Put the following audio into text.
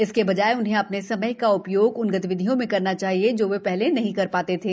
इसके बजाय उन्हें अ ने समय का उ योग उन गतिविधियों में करना चाहिए जो वे ाहले नहीं कर ााते थे